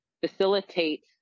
facilitate